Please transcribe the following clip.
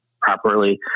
properly